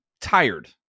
tired